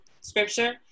scripture